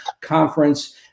conference